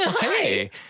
hey